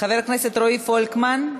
חבר הכנסת רועי פולקמן,